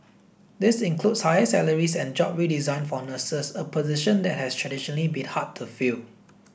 this includes higher salaries and job redesign for nurses a position that has traditionally been hard to fill